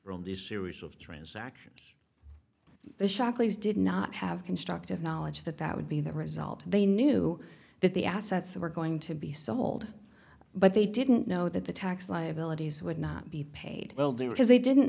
these series of transactions the shockley's did not have constructive knowledge that that would be the result they knew that the assets were going to be sold but they didn't know that the tax liabilities would not be paid welding because they didn't